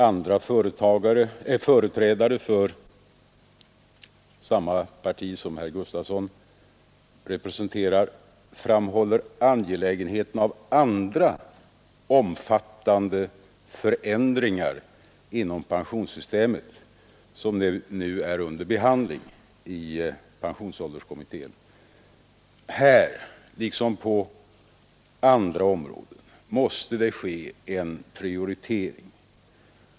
Andra företrädare för det parti som herr Gustavsson representerar framhåller angelägenheten av andra omfattande förändringar inom pensionssystemet, som nu är under behandling i pensionsålderskommittén. Här liksom på andra områden måste det ske en prioritering.